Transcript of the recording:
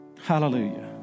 Hallelujah